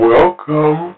Welcome